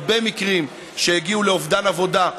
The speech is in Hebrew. הרבה מקרים שהגיעו לאובדן עבודה,